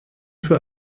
für